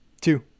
two